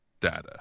data